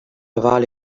vale